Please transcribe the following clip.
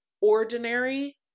ordinary